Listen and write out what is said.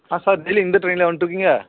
ஆ sir daily இந்த ட்ரெயின்லையா வந்துட்டுருக்கீங்க